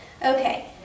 Okay